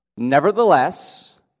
Nevertheless